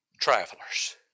travelers